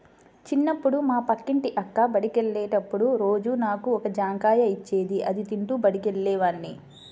చిన్నప్పుడు మా పక్కింటి అక్క బడికెళ్ళేటప్పుడు రోజూ నాకు ఒక జాంకాయ ఇచ్చేది, అది తింటూ బడికెళ్ళేవాడ్ని